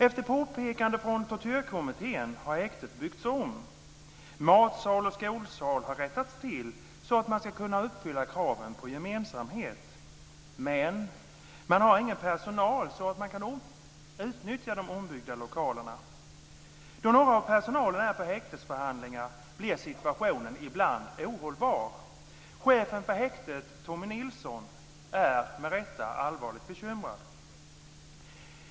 Efter påpekanden från tortyrkommittén har häktet byggts om. Matsal och skolsal har rättats till så att man ska kunna uppfylla kraven på gemensamhet, men man har ingen personal så att man kan utnyttja de ombyggda lokalerna. Då några i personalen är på häktesförhandlingar blir situationen ibland ohållbar. Chefen på häktet, Tommy Nilsson, är med rätta allvarligt bekymrad.